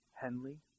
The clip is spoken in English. Henley